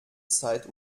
zeit